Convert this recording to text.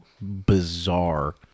bizarre